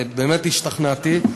באמת השתכנעתי,